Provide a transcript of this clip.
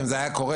אם זה היה קורה,